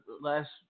last